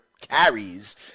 carries